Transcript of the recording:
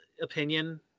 opinion